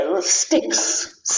sticks